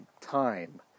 time